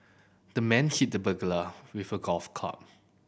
the man hit the burglar with a golf club